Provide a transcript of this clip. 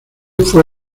fue